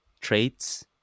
traits